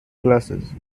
glasses